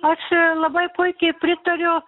aš labai puikiai pritariu